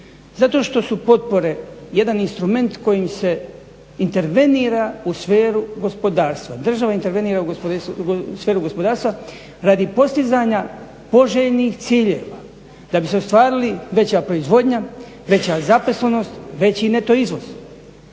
zato što su potpore jedan instrument kojim se intervenira u sferu gospodarstva, država intervenira u sferu gospodarstva radi postizanja poželjnih ciljeva, da bi se ostvarili veća proizvodnja, veća zaposlenost, veći neto izvoz.